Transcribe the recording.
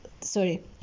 sorry